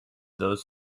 those